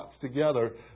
together